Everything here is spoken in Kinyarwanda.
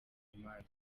imanza